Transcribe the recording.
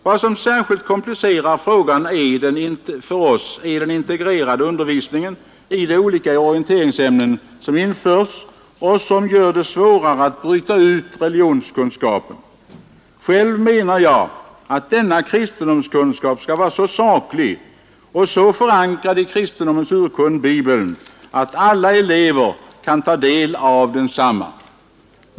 Vad som särskilt komplicerar frågan för oss är den integrerade undervisning som införts i de olika orienteringsämnena och som gör det svårare att bryta ut själva religionskunskapen. Själv anser jag att denna kristendomskunskap skall vara så saklig och byggd på kristendomens urkund Bibeln, att alla elever kan ta del av densamma.